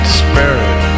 spirit